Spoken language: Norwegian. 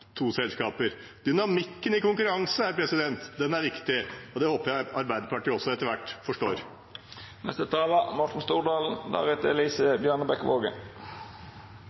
Dynamikken i konkurranse her er viktig, og det håper jeg Arbeiderpartiet også etter hvert forstår.